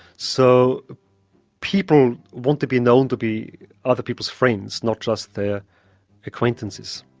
so people want to be known to be other people's friends, not just their acquaintances.